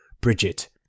Bridget